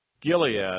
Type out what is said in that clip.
Gilead